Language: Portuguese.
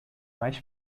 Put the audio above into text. mais